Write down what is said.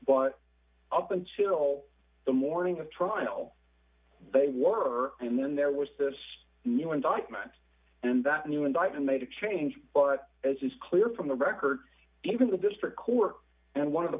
but up until the morning of trial they were and then there was this new indictment and that new indictment made a change but as is clear from the record even the district court and one of the